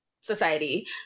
society